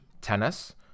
tennis